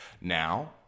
Now